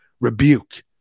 rebuke